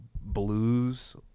blues